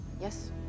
Yes